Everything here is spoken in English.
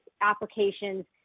applications